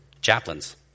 chaplains